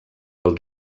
del